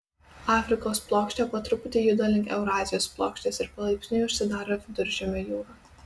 afrikos plokštė po truputį juda link eurazijos plokštės ir palaipsniui užsidaro viduržemio jūra